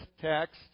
text